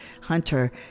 hunter